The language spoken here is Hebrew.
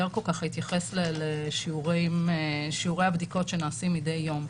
ברקוביץ התייחס לשיעורי הבדיקות שנעשים מדי יום.